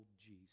Jesus